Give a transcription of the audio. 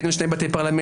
בין אם שני בתי פרלמנט,